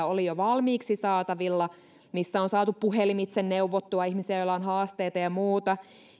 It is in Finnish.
oli jo valmiiksi saatavilla ja missä on saatu puhelimitse neuvottua ihmisiä joilla on haasteita ja muuta